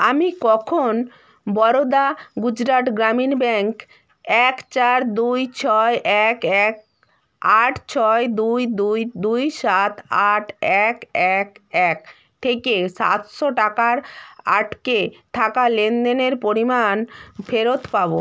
আমি কখন বরোদা গুজরাট গ্রামীণ ব্যাঙ্ক এক চার দুই ছয় এক এক আট ছয় দুই দুই দুই সাত আট এক এক এক থেকে সাতশো টাকার আটকে থাকা লেনদেনের পরিমাণ ফেরত পাবো